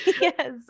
Yes